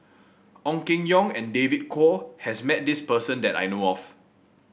Ong Keng Yong and David Kwo has met this person that I know of